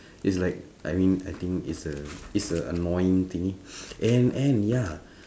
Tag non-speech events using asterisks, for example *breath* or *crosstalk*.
*breath* is like I mean I think is a is a annoying thingy *breath* and and ya